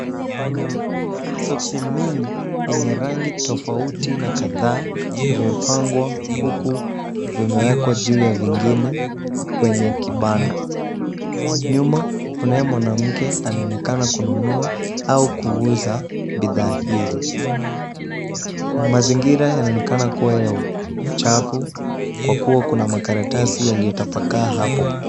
Soksi mingi yenye rangi tofauti na kadhaa vimepangwa huku vimewekwa juu ya vingine kwenye kibanda. Nyuma kunaye mwanamke anayeonekana kununua au kuuza bidhaa hizi. Mazingira yanaonekana kuwa ya uchafu kwa kuwa kuna makaratasi yaliyotapakaa hapo.